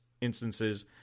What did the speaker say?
instances